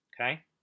okay